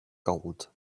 gold